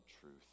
truth